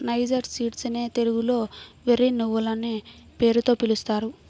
niger seeds నే తెలుగులో వెర్రి నువ్వులనే పేరుతో పిలుస్తారు